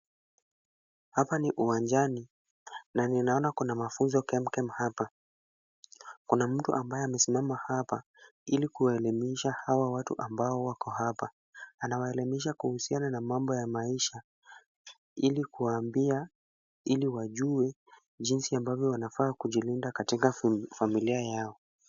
Hapa ni uwanjani na ninaona kuna mafunzo kemkem hapa. Kuna mtu ambaye amesimama hapa ili kuwaelimisha hawa watu ambao wako hapa. Anawaelimisha kuhusiana na mambo ya maisha ili kuwaambia ili wajue jinsi ambavyo wanafaa kujilinda katika familia yao.